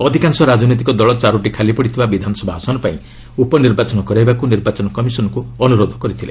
ଅଧିକାଂଶ ରାଜନୈତିକ ଦଳ ଚାରୋଟି ଖାଲି ପଡିଥିବା ବିଧାନସଭା ଆସନ ପାଇଁ ଉପନିର୍ବାଚନ କରାଇବାକୁ ନିର୍ବାଚନ କମିଶନଙ୍କୁ ଅନୁରୋଧ କରିଛନ୍ତି